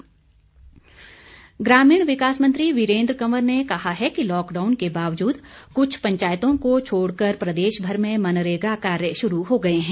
वीरेन्द्र कंवर ग्रामीण विकास मंत्री वीरेन्द्र कंवर ने कहा है कि लॉकडाउन के बावजूद कुछ पंचायतों को छोड़ कर प्रदेशभर में मनरेगा कार्य शुरू हो गए हैं